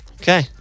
Okay